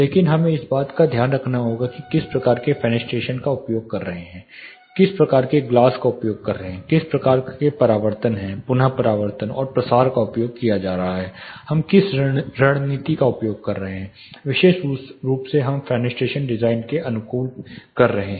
इसलिए हमें इस बात का ध्यान रखना होगा कि हम किस प्रकार के फेनस्टेशन का उपयोग कर रहे हैं किस प्रकार के ग्लास का उपयोग कर रहे हैं किस प्रकार के परावर्तन पुन परावर्तन और प्रसार का उपयोग कर रहे हैं हम किस रणनीति का उपयोग कर रहे हैं विशेष रूप से हम फेनिट्रेशन डिजाइन में अनुकूल कर रहे हैं